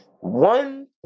one